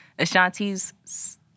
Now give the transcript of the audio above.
Ashanti's